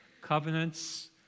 Covenants